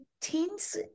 teens